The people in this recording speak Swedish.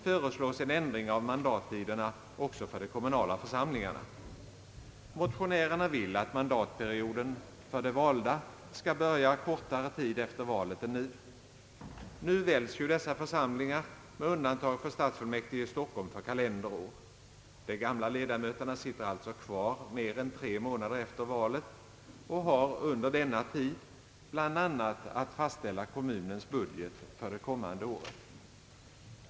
— föreslås en ändring av mandattiderna också för de kommunala församlingarna. Motionärerna vill att mandatperioden för de valda skall börja kortare tid efter valet än nu. Med undantag för stadsfullmäktige i Stockholm väljs ju dessa församlingar nu för kalenderår. De gamla ledamöterna sitter alltså kvar mer än tre månader efter valet och har under denna tid bland annat att fastställa kommunens budget för det kommande året.